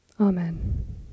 Amen